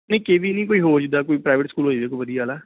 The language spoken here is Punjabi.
ਨਹੀਂ ਕੇ ਵੀ ਨਹੀਂ ਕੋਈ ਹੋਰ ਜਿੱਦਾਂ ਕੋਈ ਪ੍ਰਾਈਵੇਟ ਸਕੂਲ ਹੋ ਜਾਵੇ ਕੋਈ ਵਧੀਆ ਵਾਲਾ